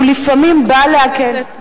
לפעמים בא להקל,